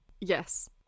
Yes